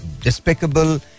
despicable